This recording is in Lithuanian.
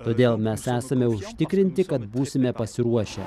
todėl mes esame užtikrinti kad būsime pasiruošę